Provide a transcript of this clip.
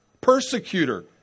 persecutor